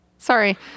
Sorry